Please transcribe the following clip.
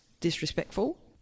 disrespectful